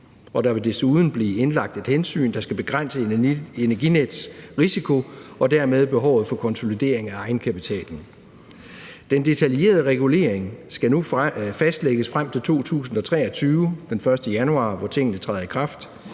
Der vil desuden blive indlagt et hensyn, der skal begrænse Energinets risiko og dermed behovet for konsolidering af egenkapitalen. Den detaljerede regulering skal nu fastlægges frem til 2023; tingene træder i kraft